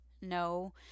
no